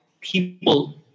people